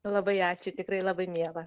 labai ačiū tikrai labai miela